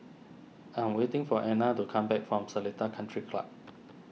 I'm waiting for Anna to come back from Seletar Country Club